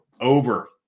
over